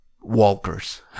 walkers